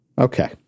Okay